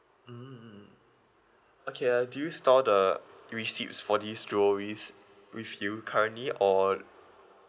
mm okay uh do you store the receipts for these jewelleries with you currently or